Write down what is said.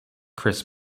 chris